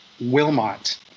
Wilmot